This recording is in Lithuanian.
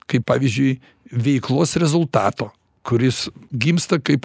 kaip pavyzdžiui veiklos rezultato kuris gimsta kaip